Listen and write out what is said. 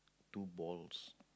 two balls